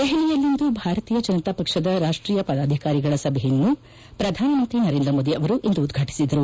ದೆಹಲಿಯಲ್ಲಿಂದು ಭಾರತೀಯ ಜನತಾಪಕ್ಷದ ರಾಷ್ಟೀಯ ಪದಾಧಿಕಾರಿಗಳ ಸಭೆಯನ್ನು ಪ್ರಧಾನಮಂತ್ರಿ ನರೇಂದ್ರ ಮೋದಿ ಉದ್ಘಾಟಿಸಿದರು